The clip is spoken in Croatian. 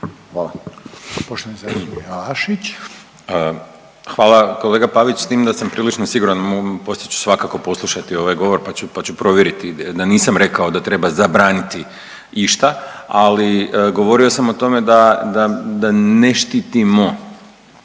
Bojan (Nezavisni)** Hvala kolega Pavić, s tim da sam prilično siguran, poslije ću svakako poslušati ovaj govor pa ću provjeriti da nisam rekao da treba zabraniti išta, ali govorio sam o tome da ne štitimo